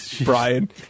Brian